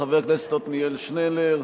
חבר הכנסת עתניאל שנלר,